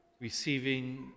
receiving